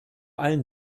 allen